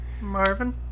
Marvin